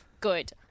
Good